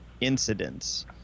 incidents